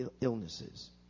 illnesses